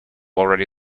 already